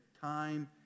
time